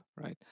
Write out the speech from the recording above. right